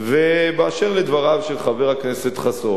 באשר לדבריו של חבר הכנסת חסון,